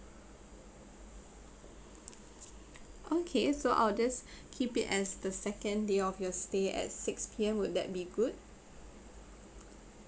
okay so I'll just keep it as the second day of your stay at six P_M would that be good